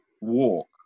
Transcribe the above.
walk